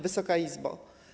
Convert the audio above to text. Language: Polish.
Wysoka Izbo!